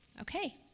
Okay